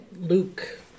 Luke